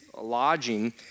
lodging